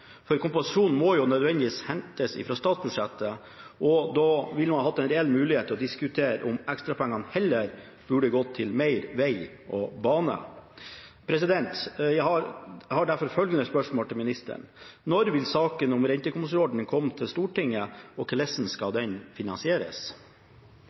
For kompensasjonen må jo nødvendigvis hentes fra statsbudsjettet, og da ville man hatt en reell mulighet til å diskutere om ekstrapengene heller burde gått til mer veg og bane. Jeg har derfor følgende spørsmål til ministeren: Når vil saken om rentekompensasjonsordningen komme til Stortinget? Og hvordan skal